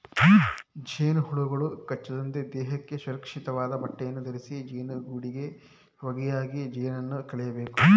ಜೇನುಹುಳುಗಳು ಕಚ್ಚದಂತೆ ದೇಹಕ್ಕೆ ಸುರಕ್ಷಿತವಾದ ಬಟ್ಟೆಯನ್ನು ಧರಿಸಿ ಜೇನುಗೂಡಿಗೆ ಹೊಗೆಯಾಕಿ ಜೇನನ್ನು ಕೇಳಬೇಕು